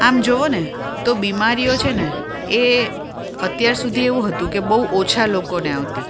આમ જોવો ને તો બીમારીઓ છે ને એ અત્યાર સુધી એવું હતું કે બહુ ઓછા લોકોને આવતી